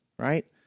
right